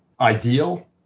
ideal